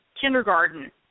kindergarten